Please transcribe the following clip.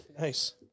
Nice